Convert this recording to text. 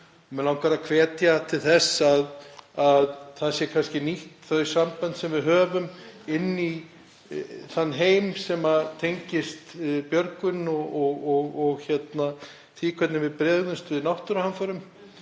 og mig langar að hvetja til þess að nýtt séu þau sambönd sem við höfum inn í þann heim sem tengist björgun og því hvernig við bregðumst við náttúruhamförum